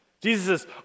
Jesus